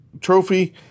trophy